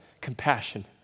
compassion